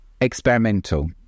experimental